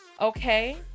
Okay